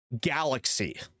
galaxy